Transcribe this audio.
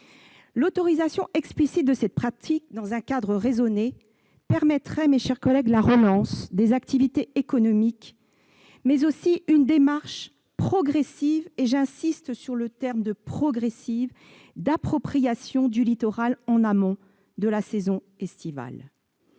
L'autorisation explicite de ces pratiques dans un cadre raisonné permettrait, mes chers collègues, non seulement la relance des activités économiques, mais aussi une démarche progressive- j'insiste sur ce terme -, d'appropriation du littoral en amont de la saison estivale.